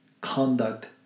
conduct